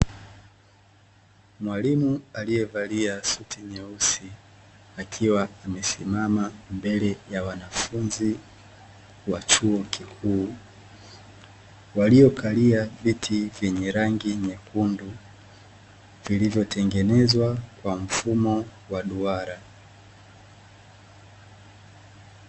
Mwalimu aliyevalia suti nyeusi, akiwa amesimama mbele ya wanafunzi wa chuo kikuu, waliokalia viti vyenye rangi nyekundu, vilivyotengenezwa kwa mfumo wa duara.